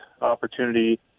opportunity